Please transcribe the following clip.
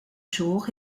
jour